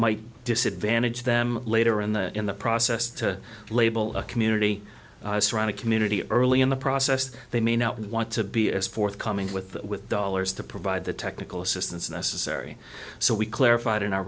might disadvantage them later in the in the process to label a community around a community early in the process they may not want to be as forthcoming with with dollars to provide the technical assistance necessary so we clarified in our